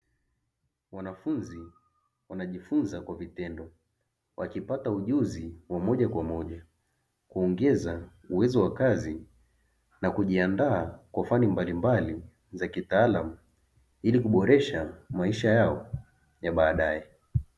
Wanafunzi wanajifunza kwa vitendo, wakipata ujuzi wa moja kwa moja kuongeza uwezo wa kazi na kujiandaa na fani mbalimbali za kitalamu ili kuboresha maisha yao ya baadae.